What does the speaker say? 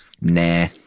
nah